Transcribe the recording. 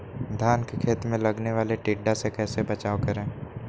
धान के खेत मे लगने वाले टिड्डा से कैसे बचाओ करें?